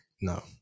No